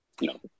No